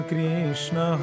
Krishna